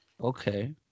okay